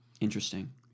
Interesting